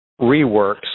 reworks